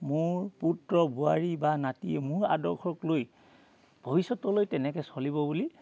মোৰ পুত্ৰ বোৱাৰী বা নাতি মোৰ আদৰ্শক লৈ ভৱিষ্যতলৈ তেনেকৈ চলিব বুলি